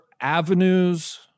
avenues